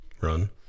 Run